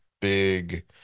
big